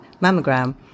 mammogram